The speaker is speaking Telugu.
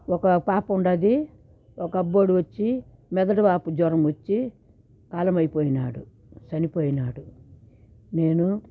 ఒక పాప ఉండాది ఒక అబ్బోడు వచ్చి మెదడు వాపు జ్వరం వచ్చి కాలం అయిపోయినాడు చనిపోయినాడు నేను